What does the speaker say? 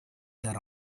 set